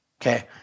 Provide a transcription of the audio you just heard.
Okay